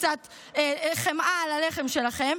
קצת חמאה על הלחם שלכם,